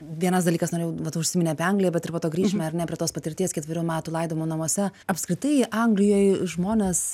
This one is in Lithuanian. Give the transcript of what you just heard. vienas dalykas norėjau vat užsiminei apie angliją bet ir po to grįšime ar ne prie tos patirties ketverių metų laidojimo namuose apskritai anglijoj žmonės